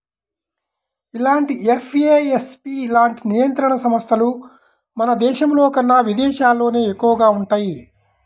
ఇలాంటి ఎఫ్ఏఎస్బి లాంటి నియంత్రణ సంస్థలు మన దేశంలోకన్నా విదేశాల్లోనే ఎక్కువగా వుంటయ్యి